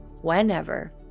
whenever